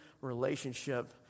relationship